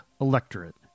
electorate